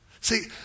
See